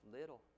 little